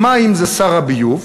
מים זה שר הביוב,